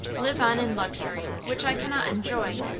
live on in luxury which i cannot enjoy,